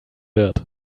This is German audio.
wird